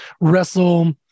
wrestle